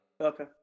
Okay